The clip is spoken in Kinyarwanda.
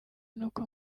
n’uko